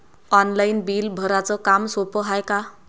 Online bill भराच काम सोपं हाय का?